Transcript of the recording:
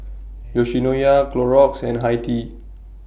Yoshinoya Clorox and Hi Tea